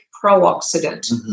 pro-oxidant